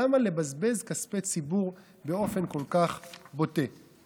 למה לבזבז כספי ציבור באופן כל כך בוטה?